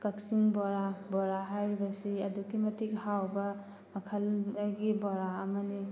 ꯀꯛꯆꯤꯡ ꯕꯣꯔꯥ ꯕꯣꯔꯥ ꯍꯥꯏꯔꯤꯕꯁꯤ ꯑꯗꯨꯛꯀꯤ ꯃꯇꯤꯛ ꯍꯥꯎꯕ ꯃꯈꯜ ꯑꯃꯒꯤ ꯕꯣꯔꯥ ꯑꯃꯅꯤ